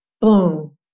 boom